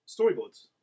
storyboards